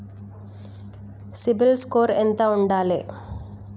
CIBIL score ఎంత ఉండాలే?